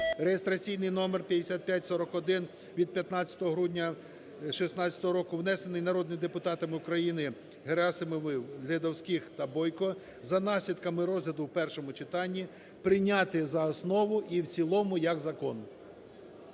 реєстраційний номер 5541, від 15 грудня 16 року, внесений народними депутатами України Герасимовим, Ледовських та Бойко, за наслідками розгляду в першому читанні прийняти за основу та в цілому як закон.